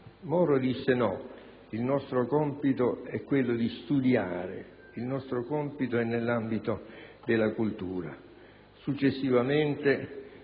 Moro rispose: no, il nostro compito è quello di studiare, il nostro compito è nell'ambito della cultura. Successivamente,